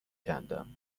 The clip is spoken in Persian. کندم